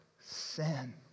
sin